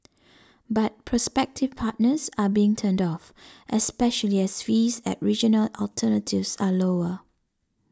but prospective partners are being turned off especially as fees at regional alternatives are lower